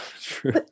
true